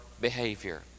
behavior